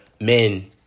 men